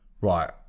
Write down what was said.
right